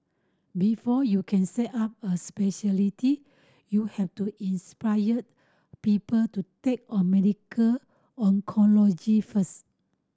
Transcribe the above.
before you can set up a speciality you have to inspire people to take on medical oncology first